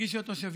שהגישו התושבים.